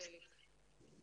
זליג.